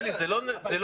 אלי, זה לא מכובד.